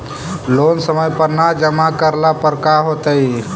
Loan समय पर न जमा करला पर का होतइ?